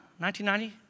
1990